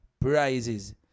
prizes